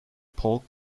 polk